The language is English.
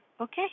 Okay